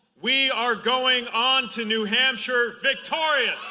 we are going on to new hampshire victorious